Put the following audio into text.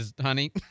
honey